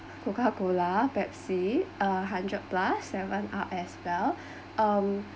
coca cola pepsi uh hundred plus seven up as well um